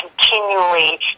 continually